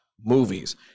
movies